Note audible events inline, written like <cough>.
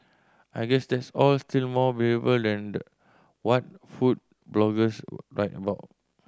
I guess that's all still more <unintelligible> than the what food bloggers <unintelligible> write about